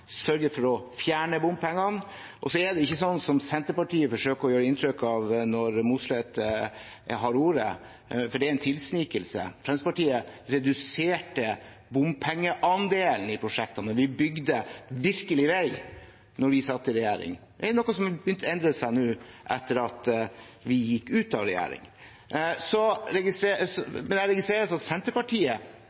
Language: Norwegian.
Så er det ikke sånn som Senterpartiet forsøker å gi inntrykk av når Mossleth har ordet, for det er en tilsnikelse. Fremskrittspartiet reduserte bompengeandelen i prosjektene da vi bygde virkelig vei, da vi satt i regjering. Det er noe som har begynt å endre seg nå etter at vi gikk ut av regjering. Vi måtte være med på bompengefinansiering på en del prosjekter, dessverre, men